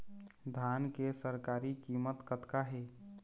धान के सरकारी कीमत कतका हे?